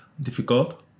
difficult